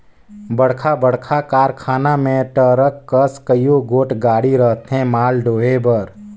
बड़खा बड़खा कारखाना मन में टरक कस कइयो गोट गाड़ी रहथें माल डोहे बर